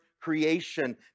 creation